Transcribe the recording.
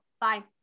bye